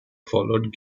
followed